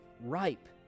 ripe